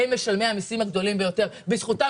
הם משלמי המסים הגדולים ביותר ובזכותם